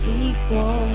equal